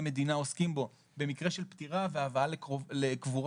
מדינה עוסקים בו במקרה של פטירה והבאה לקבורה.